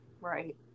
Right